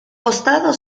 costado